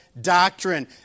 doctrine